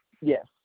Yes